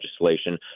legislation